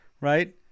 right